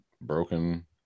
broken